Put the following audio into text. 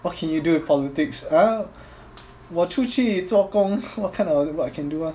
what can you do with politics ah 我出去做工 what kind of work I can do [one]